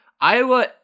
Iowa